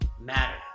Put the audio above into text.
Matter